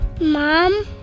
mom